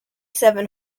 seven